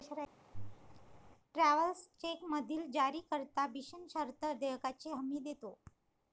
travellers चेकमधील जारीकर्ता बिनशर्त देयकाची हमी देतो